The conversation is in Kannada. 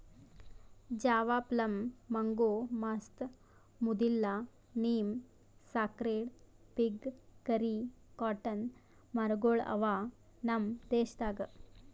ಜಾವಾ ಪ್ಲಮ್, ಮಂಗೋ, ಮಸ್ತ್, ಮುದಿಲ್ಲ, ನೀಂ, ಸಾಕ್ರೆಡ್ ಫಿಗ್, ಕರಿ, ಕಾಟನ್ ಮರ ಗೊಳ್ ಅವಾ ನಮ್ ದೇಶದಾಗ್